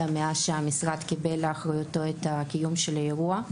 אלא מאז שהמשרד קיבל לאחריותו את קיום האירוע.